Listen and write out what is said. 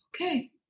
Okay